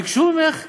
ביקשו ממך סבלנות.